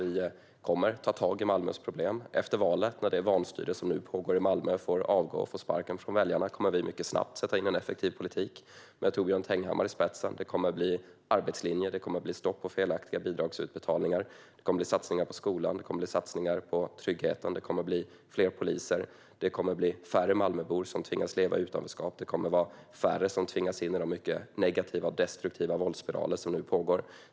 Vi kommer att ta tag i Malmös problem efter valet. När det vanstyre som nu pågår i Malmö får sparken av väljarna och får avgå kommer vi mycket snabbt att sätta in en effektiv politik med Torbjörn Tegnhammar i spetsen. Det kommer att bli arbetslinje, det kommer att bli stopp på felaktiga bidragsutbetalningar, det kommer att bli satsningar på skolan, det kommer att bli satsningar på tryggheten, det kommer att bli fler poliser, det kommer att bli färre Malmöbor som tvingas leva i utanförskap och det kommer att vara färre som tvingas in i de mycket negativa och destruktiva våldsspiraler som nu pågår.